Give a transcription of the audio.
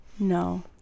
No